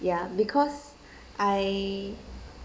ya because I